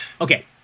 Okay